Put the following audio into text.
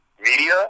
media